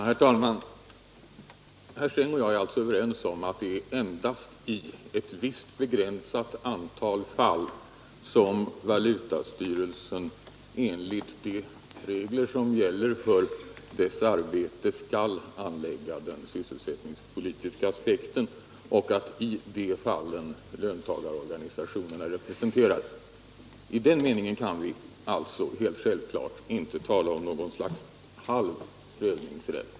Herr talman! Herr Sträng och jag är alltså överens om att valutastyrelsen, enligt de regler som gäller för dess arbete, endast i ett visst begränsat antal fall skall anlägga den sysselsättningspolitiska aspekten och att i de fallen löntagarorganisationerna är representerade. I den meningen kan vi helt självklart inte tala om någon halv prövningsrätt.